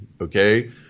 Okay